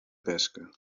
pesca